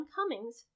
Cummings